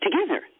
together